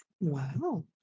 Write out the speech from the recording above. Wow